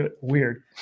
weird